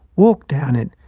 walked down it,